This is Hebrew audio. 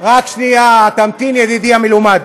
רק שנייה, תמתין, ידידי המלומד.